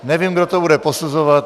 Nevím, kdo to bude posuzovat.